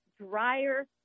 drier